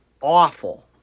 awful